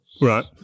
Right